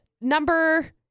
number